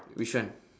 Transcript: which one